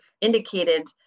indicated